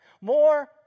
more